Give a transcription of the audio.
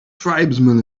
tribesmen